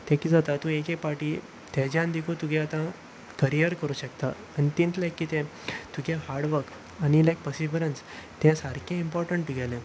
तें किदें जाता तूं एक एक फावटी ताच्यान देखून तुजें आतां करियर करूं शकता आनी तांची लायक कितें तुजें हार्डवर्क आनी लायक पर्सिवरंस तें सारकें इम्पोर्टंट तुगेलें